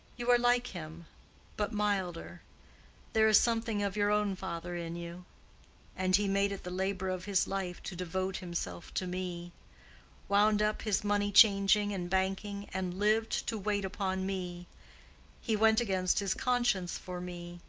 you are like him but milder there is something of your own father in you and he made it the labor of his life to devote himself to me wound up his money-changing and banking, and lived to wait upon me he went against his conscience for me.